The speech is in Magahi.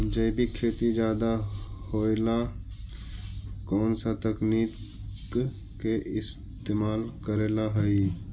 जैविक खेती ज्यादा होये ला कौन से तकनीक के इस्तेमाल करेला हई?